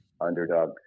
underdog